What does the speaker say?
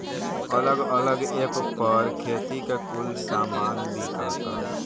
अलग अलग ऐप पर खेती के कुल सामान बिकाता